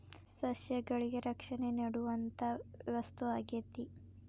ಸಸ್ಯಗಳಿಗೆ ರಕ್ಷಣೆ ನೇಡುವಂತಾ ವಸ್ತು ಆಗೇತಿ